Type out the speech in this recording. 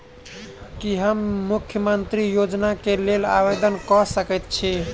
की हम मुख्यमंत्री योजना केँ लेल आवेदन कऽ सकैत छी?